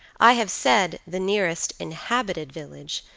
i have said the nearest inhabited village,